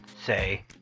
say